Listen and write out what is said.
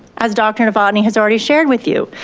as dr. novotny has already shared with you,